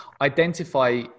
identify